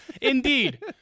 indeed